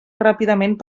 ràpidament